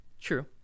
True